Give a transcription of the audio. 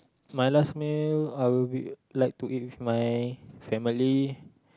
my last meal I will be like to eat with my family